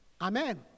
Amen